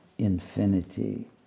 infinity